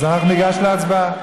אז אנחנו ניגש להצבעה.